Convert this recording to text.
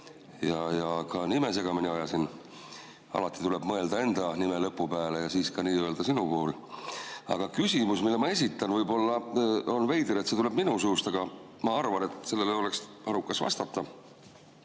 ja ka nime segamini ajasin. Alati tuleb mõelda enda nime lõpu peale ja nii ka sinu puhul. Aga küsimus, mille ma esitan – võib-olla on veider, et see tuleb minu suust, aga ma arvan, et sellele oleks arukas vastata.